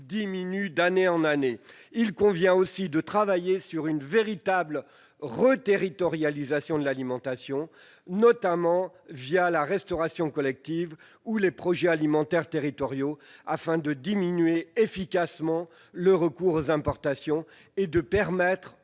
d'année en année. En outre, il convient de travailler à une véritable reterritorialisation de l'alimentation, notamment la restauration collective ou les projets alimentaires territoriaux. Ce faisant, on diminuera efficacement le recours aux importations et on garantira